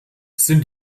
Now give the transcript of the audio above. sind